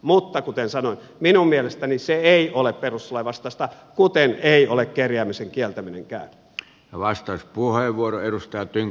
mutta kuten sanoin minun mielestäni se ei ole perustuslain vastaista kuten ei ole kerjäämisen kieltäminenkään